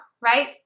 right